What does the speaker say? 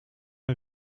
een